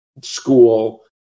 school